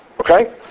Okay